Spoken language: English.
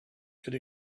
could